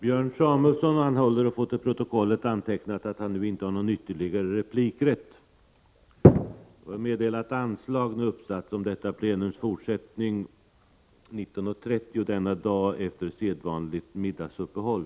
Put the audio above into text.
Jag får meddela att anslag nu uppsatts om detta plenums fortsättning kl. 19.30 denna dag efter sedvanligt middagsuppehåll.